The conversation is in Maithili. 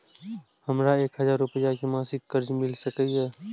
हमरा एक हजार रुपया के मासिक कर्ज मिल सकिय?